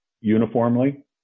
uniformly